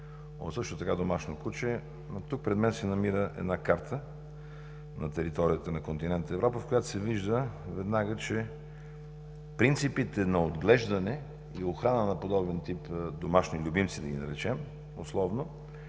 от също така домашно куче. Тук пред мен се намира една карта на територията на континента Европа, в която веднага се вижда, че принципите на отглеждане и охрана на подобен тип домашни любимци да ги наречем условно,